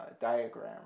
diagram